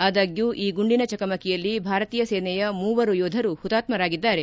ಆದಾಗ್ಲೂ ಈ ಗುಂಡಿನ ಚಕಮಕಿಯಲ್ಲಿ ಭಾರತೀಯ ಸೇನೆಯ ಮೂವರು ಯೋಧರು ಹುತಾತ್ಕರಾಗಿದ್ದಾರೆ